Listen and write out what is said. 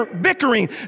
Bickering